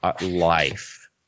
life